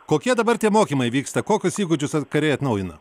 kokie dabar tie mokymai vyksta kokius įgūdžius kariai atnaujina